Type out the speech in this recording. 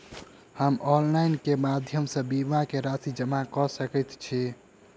हम ऑनलाइन केँ माध्यम सँ बीमा केँ राशि जमा कऽ सकैत छी?